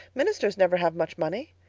ministers never have much money.